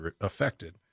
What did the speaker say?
affected